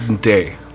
day